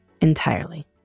entirely